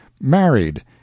Married